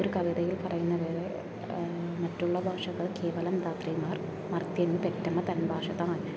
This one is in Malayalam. ഒരു കവിതയിൽ പറയുന്നത് പോലെ മറ്റുള്ള ഭാഷകൾ കേവലം ധാത്രിമാർ മർത്യനു പെറ്റമ്മ തൻ ഭാഷ താൻ